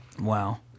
Wow